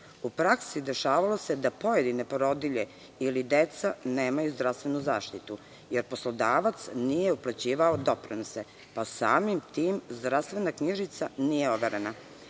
u praksi da pojedine porodilje ili deca nemaju zdravstvenu zaštitu, jer poslodavac nije uplaćivao doprinose, pa samim tim zdravstvena knjižica nije overena,